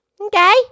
Okay